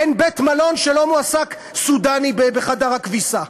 אין בית-מלון שלא מועסק בו סודאני בחדר הכביסה,